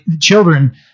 children